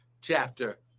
chapter